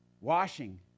washing